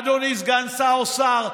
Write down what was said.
אדוני סגן שר האוצר,